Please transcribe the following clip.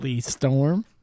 Storm